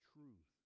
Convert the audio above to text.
Truth